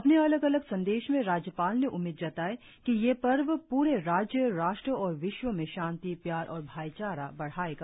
अपने अलग अलग संदेश में राज्यपाल ने उम्मीद जताई कि यह पर्व पूरे राज्य राष्ट्र और विश्व में शांति प्यार और भाईचारा बढ़ायेगा